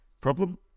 problem